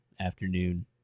afternoon